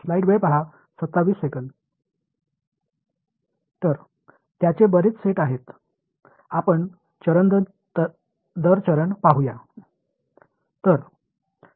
तर त्याचे बरेच सेट आहेत आपण चरण दर चरण जाऊया